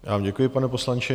Já vám děkuji, pane poslanče.